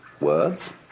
words